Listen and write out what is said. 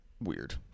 weird